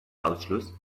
ausschluss